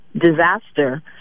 disaster